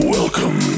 Welcome